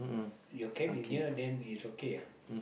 your camp is near then it's okay ah